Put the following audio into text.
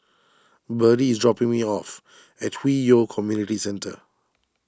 Birdie is dropping me off at Hwi Yoh Community Centre